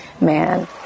man